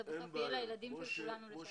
זה בסוף יהיה לילדים של כולנו לשלם.